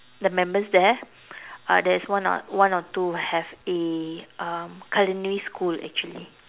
the members there uh there's one or one or two who have a culinary um school actually